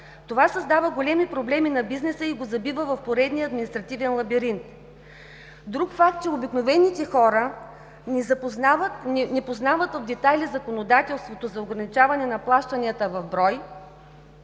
Това създава големи проблеми на бизнеса и го забива в поредния административен лабиринт. Друг факт е, че обикновените хора не познават в детайли законодателството за ограничаване на плащанията в брой.